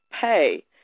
pay